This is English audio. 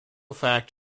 fact